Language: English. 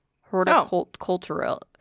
horticultural